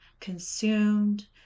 consumed